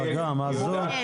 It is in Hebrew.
ציבורי.